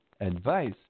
advice